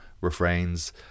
refrains